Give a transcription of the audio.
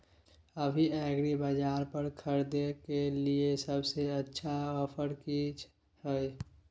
अभी एग्रीबाजार पर खरीदय के लिये सबसे अच्छा ऑफर की हय?